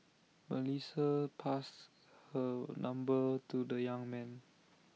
Melissa passed her number to the young man